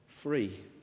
free